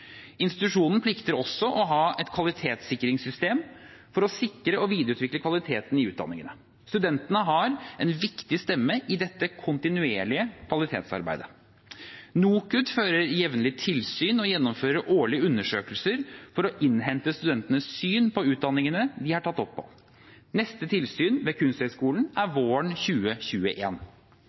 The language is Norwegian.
Institusjonen plikter også å ha et kvalitetssikringssystem for å sikre og videreutvikle kvaliteten i utdanningene. Studentene har en viktig stemme inn i dette kontinuerlige kvalitetsarbeidet. NOKUT fører jevnlig tilsyn og gjennomfører årlige undersøkelser for å innhente studentenes syn på utdanningene de er tatt opp på. Neste tilsyn ved Kunsthøgskolen er våren